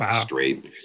straight